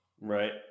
Right